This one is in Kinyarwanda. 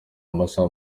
amasaha